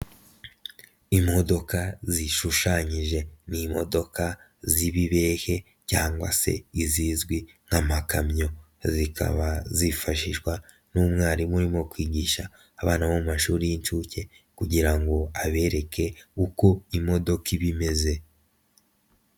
Imodoka zishushanyije ni imodoka z'ibibehe cyangwa se izizwi nk'amakamyo, zikaba zifashishwa n'umwarimu urimo kwigisha abana bo mu mashuri y'incuke, kugira ngo abereke uko imodoka iba imeze.